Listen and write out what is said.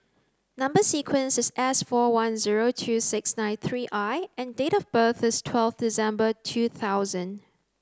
number sequence is S four one zero two six nine three I and date of birth is twelve December two thousand